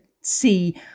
see